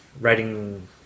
writing